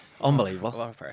Unbelievable